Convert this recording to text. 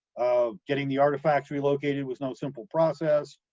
ah, getting the artifacts relocated was no simple process.